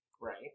right